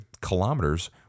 kilometers